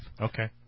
Okay